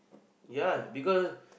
yeah because